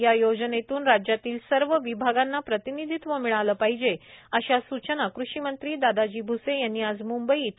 या योजनेतून राज्यातील सर्व विभागांना प्रतिनिधीत्व मिळाले पाहिजे अशा सूचना कृषीमंत्री दादाजी भुसे यांनी आज मुंबई येथे केले